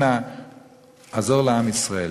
אנא עזור לעם ישראל,